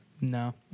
No